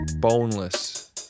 boneless